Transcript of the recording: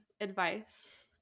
advice